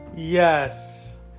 Yes